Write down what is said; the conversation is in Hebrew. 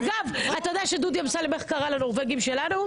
אגב, אתה יודע איך דודי אמסלם קרא לנורווגים שלנו?